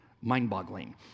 Mind-boggling